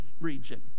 region